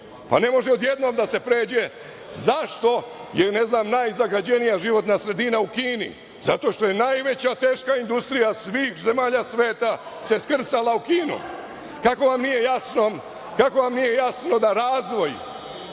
Pa, ne može odjednom da se pređe.Zašto je, ne znam, najzagađenija životna sredina u Kini? Zato što je najveća teška industrija svih zemalja sveta se skrcala u Kinu. Kako vam nije jasno da razvoj